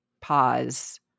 pause